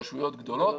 רשויות גדולות